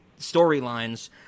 storylines